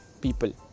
people